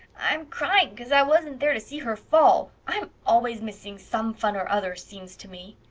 i'm crying, cause i wasn't there to see her fall. i'm always missing some fun or other, seems to me.